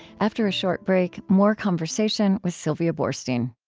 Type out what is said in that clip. after a short break, more conversation with sylvia boorstein